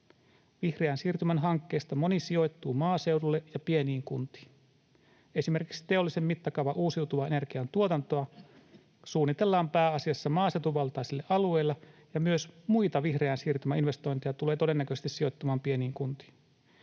Vihreän siirtymän hankkeista moni sijoittuu maaseudulle ja pieniin kuntiin. Esimerkiksi teollisen mittakaavan uusiutuvan energian tuotantoa suunnitellaan pääasiassa maaseutuvaltaisille alueille, ja myös muita vihreän siirtymän investointeja tulee todennäköisesti sijoittumaan pieniin kuntiin.